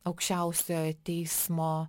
aukščiausiojo teismo